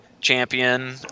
champion